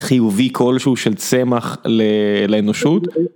חיובי כלשהו של צמח לאנושות